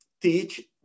teach